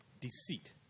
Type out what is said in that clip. deceit